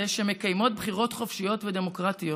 שמקיימות בחירות חופשיות ודמוקרטיות.